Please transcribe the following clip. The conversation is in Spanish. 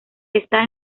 está